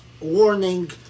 warning